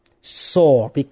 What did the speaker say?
sore